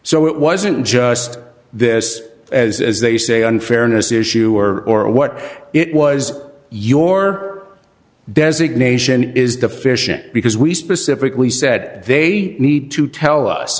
so it wasn't just this as as they say unfairness issue or or what it was your designation is deficient because we specifically said they need to tell us